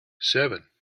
seven